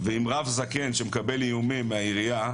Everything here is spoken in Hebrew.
ואם רב זקן שמקבל איומים מהעירייה,